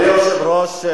אדוני היושב-ראש,